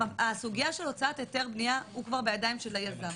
הסוגיה של הוצאת היתר בנייה היא כבר בידיים של היזם,